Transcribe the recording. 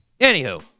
Anywho